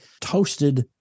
toasted